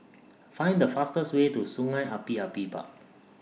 Find The fastest Way to Sungei Api Api Park